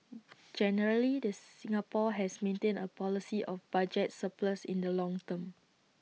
generally the Singapore has maintained A policy of budget surplus in the long term